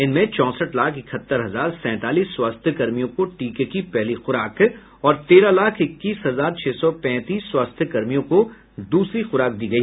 इनमें चौंसठ लाख इकहत्तर हजार सैंतालीस स्वास्थ्यकर्मियों को टीके की पहली खुराक और तेरह लाख इक्कीस हजार छह सौ पैंतीस स्वास्थ्यकर्मियों को दूसरी खुराक दी गई